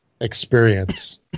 experience